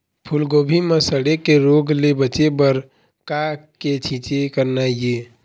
फूलगोभी म सड़े के रोग ले बचे बर का के छींचे करना ये?